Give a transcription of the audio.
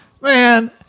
man